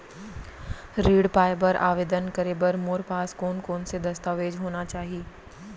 ऋण पाय बर आवेदन करे बर मोर पास कोन कोन से दस्तावेज होना चाही?